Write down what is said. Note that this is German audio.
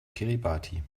kiribati